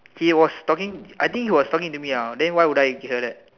he was talking I think he was talking to me ah then why would I hear that